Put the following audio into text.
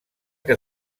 que